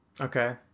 Okay